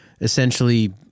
Essentially